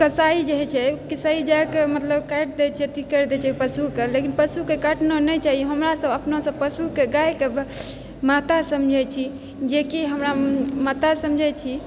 कसाइ जे होइ छै कसाइ जाकऽ मतलब काटि दै छै अथि करि दै छै पशुके लेकिन पशुके काटना नहि चाही हमरा सभ अपना सभ पशुके गायके माता समझै छी जेकि हमरा माता समझै छी